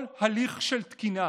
כל הליך של תקינה